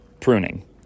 pruning